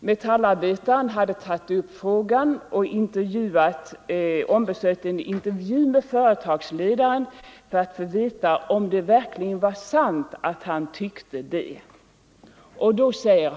Metallarbetaren hade ombesörjt en intervju för att få veta om det verkligen var sant att företagsledaren tyckte så.